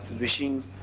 wishing